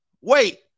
Wait